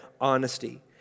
honesty